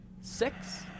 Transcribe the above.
six